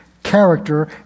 Character